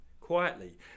quietly